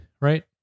right